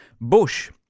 Bush